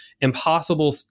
impossible